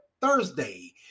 Thursday